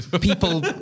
people